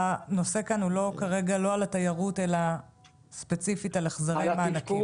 הנושא כאן כרגע הוא לא על התיירות אלא ספציפית על החזרת מענקים.